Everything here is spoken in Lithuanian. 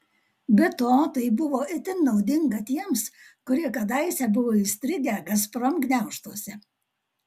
be to tai buvo itin naudinga tiems kurie kadaise buvo įstrigę gazprom gniaužtuose